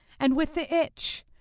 and with the itch,